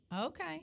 Okay